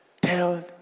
tell